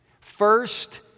First